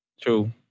True